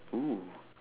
!woo!